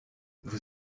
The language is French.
vous